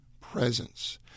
presence